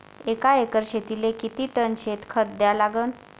एका एकर शेतीले किती टन शेन खत द्या लागन?